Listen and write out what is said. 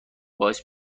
باعث